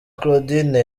claudine